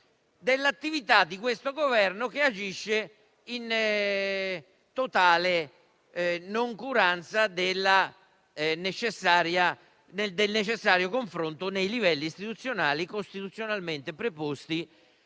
dell'attività del Governo che agisce in totale noncuranza del necessario confronto nei livelli istituzionali costituzionalmente preposti